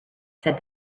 said